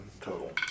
total